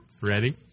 Ready